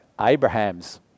Abraham's